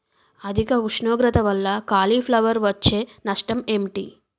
అధిక ఉష్ణోగ్రత వల్ల కాలీఫ్లవర్ వచ్చే నష్టం ఏంటి?